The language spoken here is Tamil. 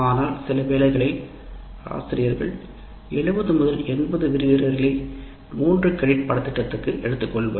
ஆனால் சிலவேளைகளில் ஆசிரியர்கள் 70 முதல் 80 விரிவுரைகளை அதை மூன்று கிரெடிட் பாடத்திட்டத்திற்கு எடுத்துக் கொள்வர்